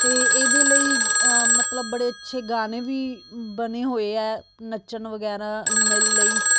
ਅਤੇ ਇਹਦੇ ਲਈ ਮਤਲਬ ਬੜੇ ਅੱਛੇ ਗਾਣੇ ਵੀ ਬਣੇ ਹੋਏ ਹੈ ਨੱਚਣ ਵਗੈਰਾ ਦੇ ਲਈ